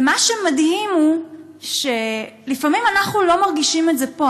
מה שמדהים הוא שלפעמים אנחנו לא מרגישים את זה פה,